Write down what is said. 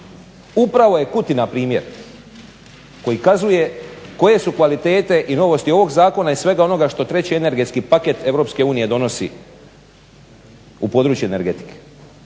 Upravo je Kutina primjer koji kazuje koje su kvalitete i novosti ovoga zakona i svega onoga što 3 energetski paket EU donosi u područje energetike.